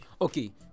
okay